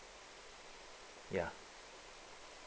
ya